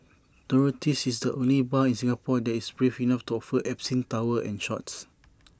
Dorothy's is the only bar in Singapore that is brave enough to offer absinthe towers and shots